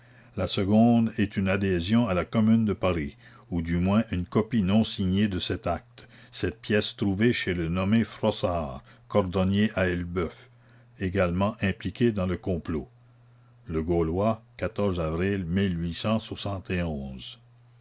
la seconde est une adhésion à la commune de paris ou du moins une copie non signée de cet acte cette pièce trouvée chez le nommé frossart cordonnier à elbeuf également impliqué dans le complot le